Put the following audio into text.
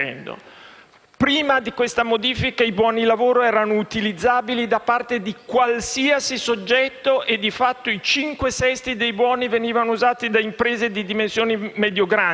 Prima di questa modifica i buoni lavoro erano utilizzabili da parte di qualsiasi soggetto e, di fatto, i cinque sesti dei buoni venivano usati da imprese di dimensioni medio-grandi;